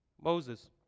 Moses